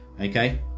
Okay